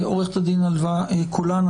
עורכת הדין עלוו קולן.